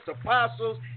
apostles